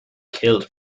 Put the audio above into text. killed